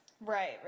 Right